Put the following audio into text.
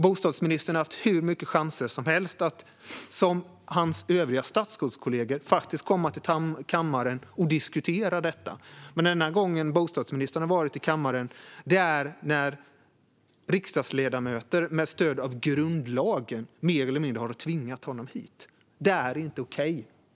Bostadsministern har haft hur många chanser som helst att, som sina statsrådskollegor, faktiskt komma till kammaren och diskutera detta, men den enda gången bostadsministern har varit i kammaren har varit när riksdagsledamöter har mer eller mindre tvingat honom hit med stöd av grundlagen.